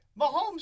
Mahomes